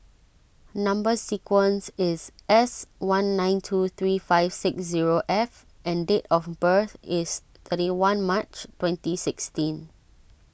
Number Sequence is S one nine two three five six zero F and date of birth is thirty one March twenty sixteen